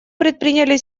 предприняли